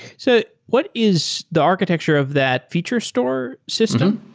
so what is the architecture of that feature store system?